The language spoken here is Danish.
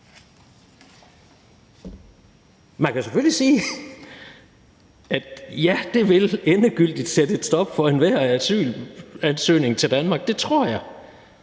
Man kan selvfølgelig sige, at ja, det vil endegyldigt sætte et stop for enhver asylansøgning til Danmark. Det tror jeg.